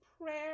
prayer